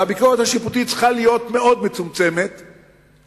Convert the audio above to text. והביקורת השיפוטית צריכה להיות מצומצמת מאוד.